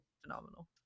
phenomenal